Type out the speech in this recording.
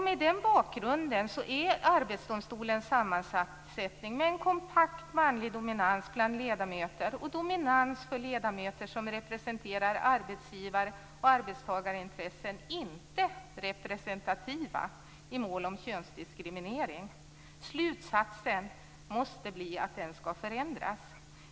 Mot den bakgrunden är Arbetsdomstolens sammansättning, med en kompakt manlig dominans bland ledamöterna och dominans för ledamöter som representerar arbetsgivar och arbetstagarintressen, inte representativ i mål om könsdiskriminering. Slutsatsen måste bli att den skall förändras.